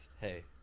hey